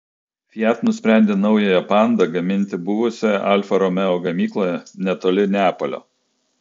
fiat nusprendė naująją panda gaminti buvusioje alfa romeo gamykloje netoli neapolio